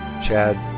chad